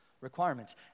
requirements